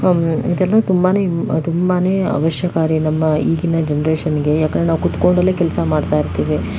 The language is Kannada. ಇದೆಲ್ಲ ತುಂಬ ತುಂಬ ಅವಶ್ಯಕಾರಿ ನಮ್ಮಈಗಿನ ಜೆನ್ರೆಶನ್ಗೆ ಯಾಕಂದರೆ ನಾವು ಕೂತ್ಕೊಂಡಲ್ಲೇ ಕೆಲಸ ಮಾಡ್ತಾ ಇರ್ತೀವಿ